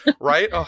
Right